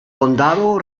condado